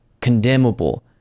condemnable